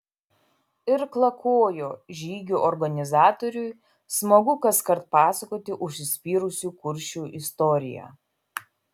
irklakojo žygių organizatoriui smagu kaskart pasakoti užsispyrusių kuršių istoriją